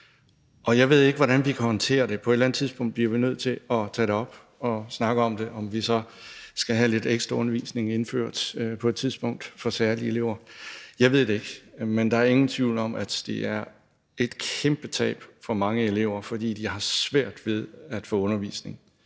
Jeg ved ikke, hvordan vi kan håndtere det, men på et eller andet tidspunkt bliver vi nødt til at tage det op og snakke om det. Jeg ved ikke, om vi på et tidspunkt skal indføre lidt ekstra undervisning for særlige elever. Men der er ingen tvivl om, at det er et kæmpetab for mange elever, fordi de har det svært med at få undervisning